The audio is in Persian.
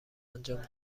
انجام